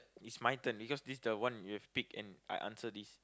it's my turn because this the one you have pick and I answer this